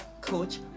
coach